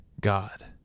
God